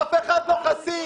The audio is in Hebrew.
אני מתחיל להוציא.